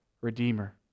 Redeemer